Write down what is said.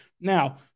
Now